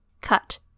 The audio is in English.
cut